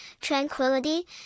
tranquility